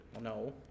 No